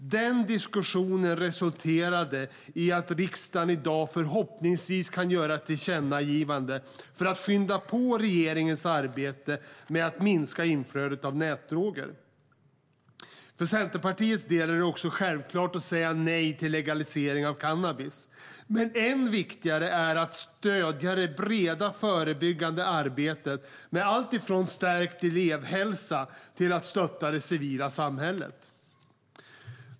Den diskussionen resulterade i att riksdagen i dag förhoppningsvis kan göra ett tillkännagivande för att skynda på regeringens arbete med att minska inflödet av nätdroger. För Centerpartiet är det också självklart att säga nej till legalisering av cannabis. Men än viktigare är att stödja det breda förebyggande arbetet med alltifrån stärkt elevhälsa till att stötta det civila samhället.